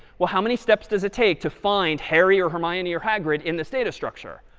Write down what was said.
well, how many steps does it take to find harry or hermione or hagrid in this data structure?